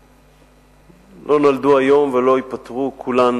הן לא נולדו היום ולא ייפתרו כולן,